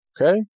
Okay